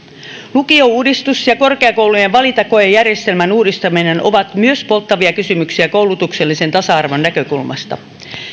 lukiouudistus ja korkeakoulujen valintakoejärjestelmän uudistaminen ovat polttavia kysymyksiä koulutuksellisen tasa arvon näkökulmasta